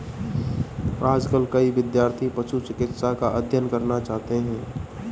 आजकल कई विद्यार्थी पशु चिकित्सा का अध्ययन करना चाहते हैं